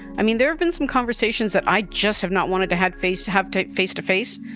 i mean, there have been some conversations that i just have not wanted to had face to have to face to face.